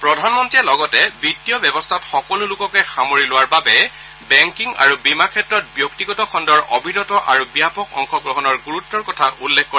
প্ৰধানমন্ৰীয়ে লগতে বিত্তীয় ব্যৱস্থাত সকলো লোককে সামৰি লোৱাৰ বাবে বেংকিং আৰু বীমা ক্ষেত্ৰত ব্যক্তিগত খণ্ডৰ অবিৰত আৰু ব্যাপক অংশগ্ৰহণৰ গুৰুত্বৰ কথা উল্লেখ কৰে